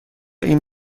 این